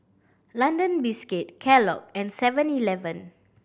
London Biscuit Kellogg and Seven Eleven